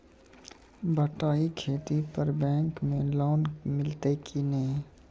बटाई खेती पर बैंक मे लोन मिलतै कि नैय?